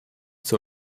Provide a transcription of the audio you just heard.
zur